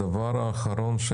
והדבר האחרון,